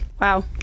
Wow